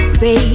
say